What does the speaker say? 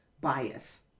bias